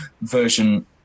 version